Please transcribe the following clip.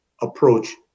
approach